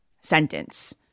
sentence